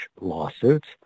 lawsuits